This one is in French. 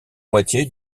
moitié